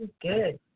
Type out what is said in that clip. good